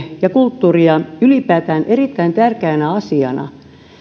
ja kulttuuria ylipäätään erittäin tärkeänä asiana